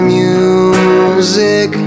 music